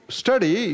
study